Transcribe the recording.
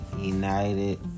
United